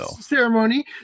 ceremony